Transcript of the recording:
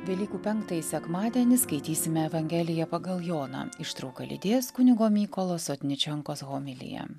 velykų penktąjį sekmadienį skaitysime evangeliją pagal joną ištrauką lydės kunigo mykolo sotničenkos homilija